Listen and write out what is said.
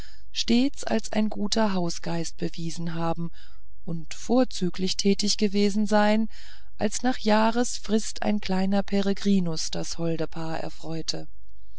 stets als ein guter hausgeist bewiesen haben und vorzüglich tätig gewesen sein als nach jahresfrist ein kleiner peregrinus das holde paar erfreute